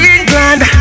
England